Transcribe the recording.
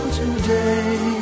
today